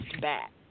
back